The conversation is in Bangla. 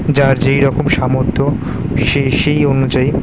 যার যেই রকম সামর্থ সে সেই অনুযায়ী